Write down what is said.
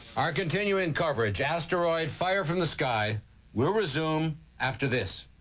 our continuing coverage, asteroid fire from the sky will resume after this.